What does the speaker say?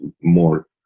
more